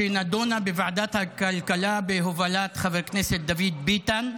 שנדונה בוועדת הכלכלה בהובלת חבר הכנסת דוד ביטן.